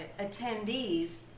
attendees